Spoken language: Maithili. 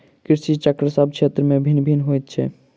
कृषि चक्र सभ क्षेत्र मे भिन्न भिन्न होइत छै